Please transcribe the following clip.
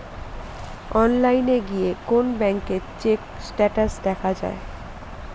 অনলাইনে গিয়ে কোন ব্যাঙ্কের চেক স্টেটাস দেখা যায়